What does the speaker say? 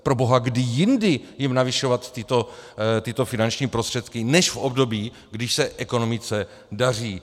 Proboha, kdy jindy jim navyšovat tyto finanční prostředky než v období, když se ekonomice daří?